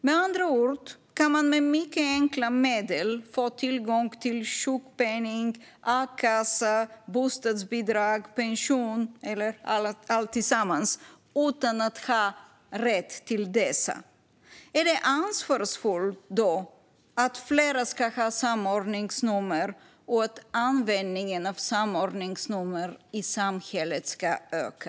Med andra ord kan man med mycket enkla medel få tillgång till sjukpenning, a-kassa, bostadsbidrag, pension eller allt tillsammans utan att ha rätt till detta. Är det då ansvarsfullt att fler ska ha samordningsnummer och att användningen av samordningsnummer i samhället ska öka?